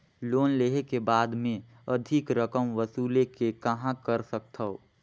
Loan लेहे के बाद मे अधिक रकम वसूले के कहां कर सकथव?